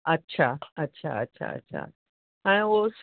अच्छा अच्छा अच्छा अच्छा अच्छा ऐं उहो